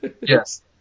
Yes